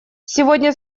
сегодня